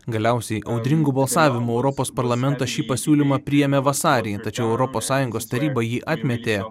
galiausiai audringu balsavimu europos parlamentas šį pasiūlymą priėmė vasarį tačiau europos sąjungos taryba jį atmetė